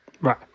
right